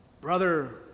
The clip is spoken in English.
Brother